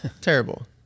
Terrible